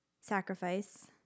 sacrifice